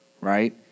right